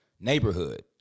neighborhood